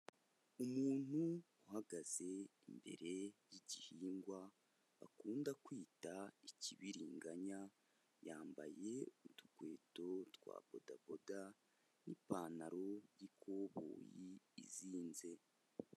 Umuntu uhagaze imbere y'igihingwa bakunda kwita ikibiringanya, yambaye utukweto twa podaboda n'ipantaro y'ikoboyi izinze.